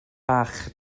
bach